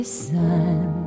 sun